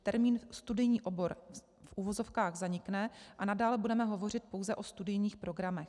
Termín studijní obor v uvozovkách zanikne a nadále budeme hovořit pouze o studijních programech.